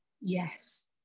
Yes